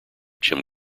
jim